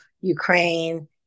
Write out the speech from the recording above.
Ukraine